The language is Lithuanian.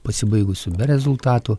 pasibaigusių be rezultatų